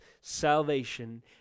salvation